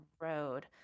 road